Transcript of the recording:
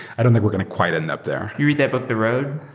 i don't think we're going to quite end up there. you read that book the road?